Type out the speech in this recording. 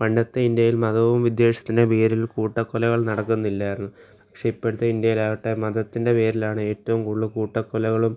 പണ്ടത്തെ ഇന്ത്യയിൽ മതവും വിദ്വേഷത്തിന്റെയും പേരിൽ കൂട്ടകൊലകൾ നടക്കുന്നില്ലായിരുന്നു പക്ഷെ ഇപ്പോഴത്തെ ഇന്ത്യയിലാകട്ടെ മതത്തിന്റെ പേരിൽ ആണ് ഏറ്റവും കൂടുതൽ കൂട്ടക്കൊലകളും